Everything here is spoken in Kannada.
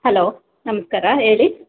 ಹಲೋ ನಮಸ್ಕಾರ ಹೇಳಿ